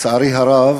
לצערי הרב,